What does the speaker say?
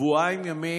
שבועיים ימים,